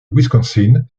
wisconsin